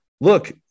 look